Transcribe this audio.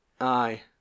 aye